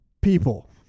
people